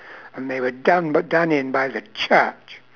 and they were done but done in by the church